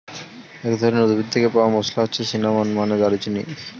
এক ধরনের উদ্ভিদ থেকে পাওয়া মসলা হচ্ছে সিনামন, মানে দারুচিনি